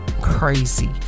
Crazy